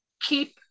keep